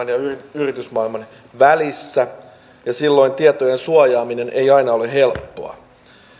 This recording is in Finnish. yritysmaailman välissä ja silloin tietojen suojaaminen ei aina ole helppoa